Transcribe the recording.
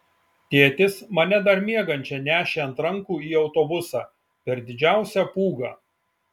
tėtis mane dar miegančią nešė ant rankų į autobusą per didžiausią pūgą